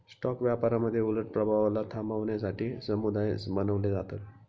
stock व्यापारामध्ये उलट प्रभावाला थांबवण्यासाठी समुदाय बनवले जातात